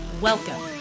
Welcome